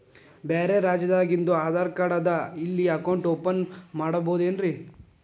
ಬ್ಯಾರೆ ರಾಜ್ಯಾದಾಗಿಂದು ಆಧಾರ್ ಕಾರ್ಡ್ ಅದಾ ಇಲ್ಲಿ ಅಕೌಂಟ್ ಓಪನ್ ಮಾಡಬೋದೇನ್ರಿ?